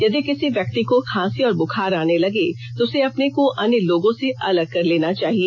यदि किसी व्यक्ति को खांसी और बुखार आने लगे तो उसे अपने को अन्य लोगों से अलग कर लेना चाहिए